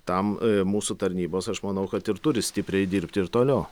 tam mūsų tarnybos aš manau kad ir turi stipriai dirbti ir toliau